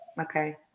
Okay